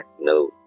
no